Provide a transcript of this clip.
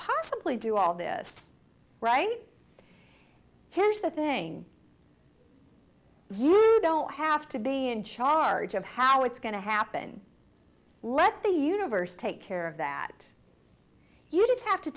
possibly do all this right here's the thing you don't have to be in charge of how it's going to happen let the universe take care of that you just have to